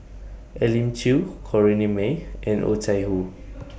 Elim Chew Corrinne May and Oh Chai Hoo